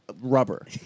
rubber